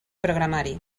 programari